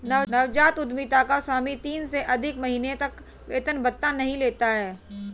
नवजात उधमिता का स्वामी तीन से अधिक महीने तक वेतन भत्ता आदि नहीं लेता है